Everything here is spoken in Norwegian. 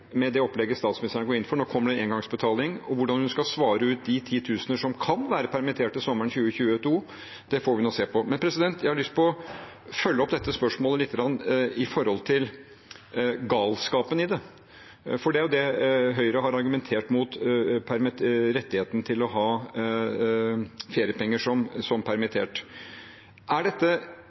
med det opplegget statsministeren går inn for. Nå kommer det en engangsutbetaling, og hvordan hun skal svare ut de titusener som kan være permitterte sommeren 2022, får vi nå se på. Jeg har lyst til å følge opp dette spørsmålet lite grann med hensyn til galskapen i det, for det er det Høyre har argumentert med når det gjelder rettigheten til å få feriepenger som permittert. Har dette som vi har erfart i 2020 og 2021, endret statsministerens syn på dette